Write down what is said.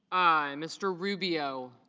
i. mr. rubio